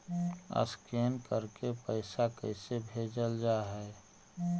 Scan करके पैसा कैसे भेजल जा हइ?